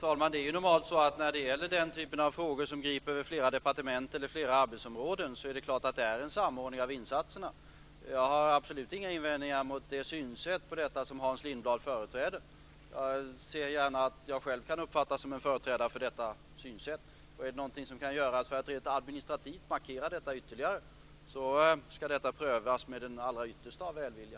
Fru talman! När det gäller den typ av frågor som griper över flera departement eller arbetsområden sker det normalt en samordning av insatserna. Jag har absolut inga invändningar emot det synsätt som Hans Lindblad företräder. Jag ser gärna att jag själv kan uppfattas som en företrädare för detta synsätt. Är det något som kan göras administrativt för att markera detta ytterligare skall detta prövas med den allra yttersta av välvilja.